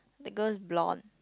the girl's blonde